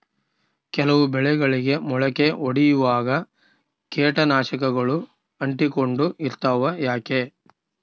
ಕೆಲವು ಬೆಳೆಗಳಿಗೆ ಮೊಳಕೆ ಒಡಿಯುವಾಗ ಕೇಟನಾಶಕಗಳು ಅಂಟಿಕೊಂಡು ಇರ್ತವ ಯಾಕೆ?